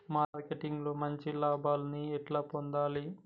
Marketing లో మంచి లాభాల్ని ఎట్లా పొందాలి?